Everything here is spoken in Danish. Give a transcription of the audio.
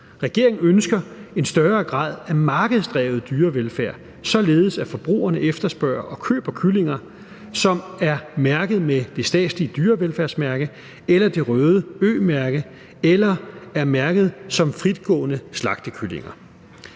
Regeringen ønsker en større grad af markedsdrevet dyrevelfærd, således at forbrugerne efterspørger og køber kyllinger, som er mærket med det statslige dyrevelfærdsmærke eller det røde Ø-mærke eller er mærket som fritgående slagtekyllinger.